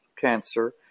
cancer